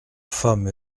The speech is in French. femme